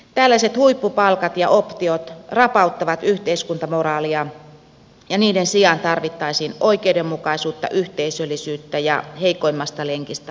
tällaiset huippupalkat ja optiot rapauttavat yhteiskuntamoraalia ja niiden sijaan tarvittaisiin oikeudenmukaisuutta yhteisöllisyyttä ja heikoimmasta lenkistä huolehtimista